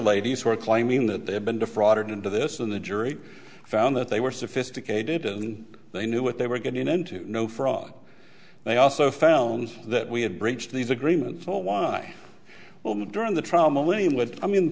ladies who are claiming that they have been defrauded into this in the jury found that they were sophisticated and they knew what they were getting into no frog they also found that we had breached these agreements for why well during the trial millennium would i mean